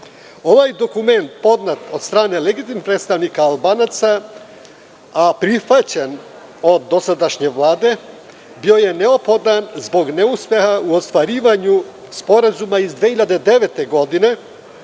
dokument, podnet od strane legitimnih predstavnika Albanaca, a prihvaćen od dosadašnje Vlade, bio je neophodan zbog neuspeha u ostvarivanju sporazuma iz 2009. godine